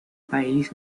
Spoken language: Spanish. país